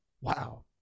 wow